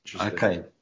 Okay